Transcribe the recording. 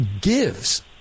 gives